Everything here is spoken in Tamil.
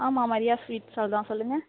ஆமாம் ரியா ஸ்வீட் ஸ்டால் தான் சொல்லுங்க